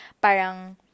Parang